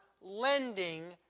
lending